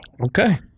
Okay